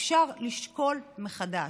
אפשר לשקול מחדש,